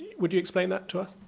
would you explain that to us?